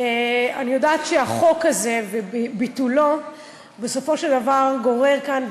אני יודעת שהחוק הזה וביטולו בסופו של דבר גוררים כאן,